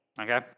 okay